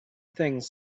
things